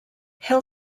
hill